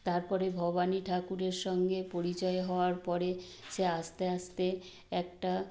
তারপরে ভবানী ঠাকুরের সঙ্গে পরিচয় হওয়ার পরে সে আস্তে আস্তে একটা